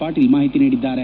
ಪಾಟೀಲ್ ಮಾಹಿತಿ ನೀಡಿದ್ದಾರೆ